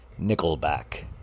Nickelback